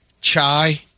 Chai